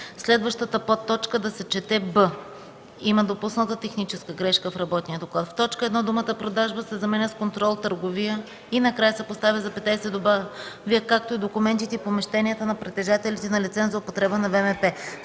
следващата подточка да се чете „б” – има допусната техническа грешка в работния доклад: б) в т. 1 думата „продажба” се заменя с „контрол, търговия” и накрая се поставя запетая и се добавя „както и документите и помещенията на притежателите на лиценз за употреба на ВМП”;